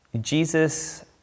Jesus